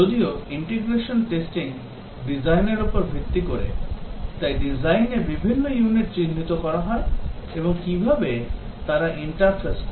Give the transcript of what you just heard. যদিও integration testing ডিজাইনের উপর ভিত্তি করে তাই ডিজাইনে বিভিন্ন ইউনিট চিহ্নিত করা হয় এবং কীভাবে তারা ইন্টারফেস করে